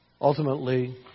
Ultimately